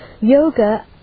Yoga